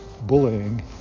bullying